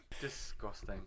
Disgusting